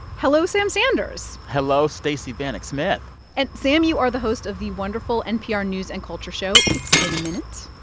hello, sam sanders hello, stacey vanek smith and, sam, you are the host of the wonderful npr news and culture show it's been a minute,